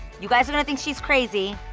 you guys are gonna think she's crazy,